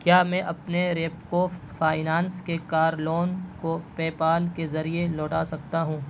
کیا میں اپنے ریپکو فائنانس کے کار لون کو پے پال کے ذریعے لوٹا سکتا ہوں